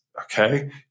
okay